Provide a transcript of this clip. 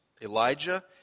Elijah